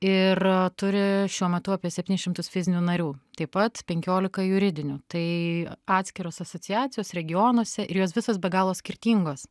ir turi šiuo metu apie septynis šimtus fizinių narių taip pat penkiolika juridinių tai atskiros asociacijos regionuose ir jos visos be galo skirtingos